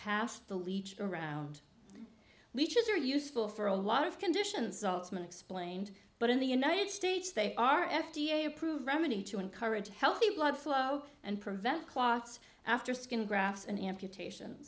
passed the leech around beaches are useful for a lot of conditions altman explained but in the united states they are f d a approved remedy to encourage healthy blood flow and prevent clots after skin grafts and amputation